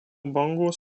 bangos